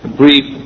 brief